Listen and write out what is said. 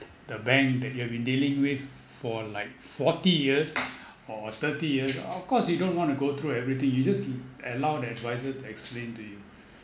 the bank that you have been dealing with for like forty years or thirty years of course you don't want to go through everything you just allow the advisor to explain to you